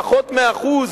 פחות מ-1%